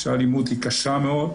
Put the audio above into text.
כשהאלימות היא קשה מאוד,